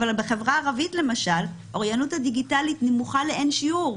אבל בחברה הערבית למשל האוריינות הדיגיטלית נמוכה לאין-שיעור.